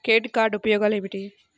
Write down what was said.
Credit card ఉపయోగాలు ఏమిటి?